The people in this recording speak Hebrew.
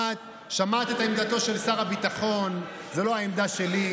שמעת את עמדתו של שר הביטחון, זאת לא העמדה שלי.